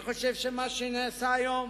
אני חושב שמה שנעשה היום